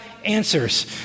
answers